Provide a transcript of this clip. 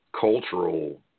cultural